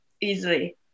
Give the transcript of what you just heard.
easily